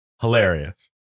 hilarious